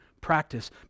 practice